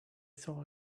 saw